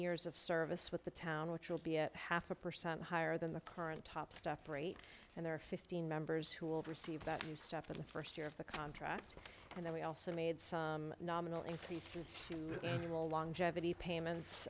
years of service with the town which will be a half a percent higher than the current top stuff rate and there are fifteen members who will receive that new staff in the first year of the contract and then we also made some nominal increases to the role long payments